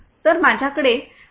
तर माझ्याकडे श्री